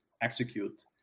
execute